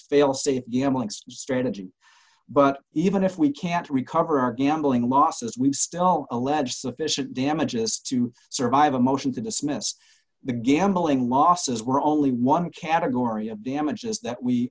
failsafe yaml x strategy but even if we can't recover our gambling losses we've still alleged sufficient damages to survive a motion to dismiss the gambling losses were only one category of damages that we